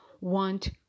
want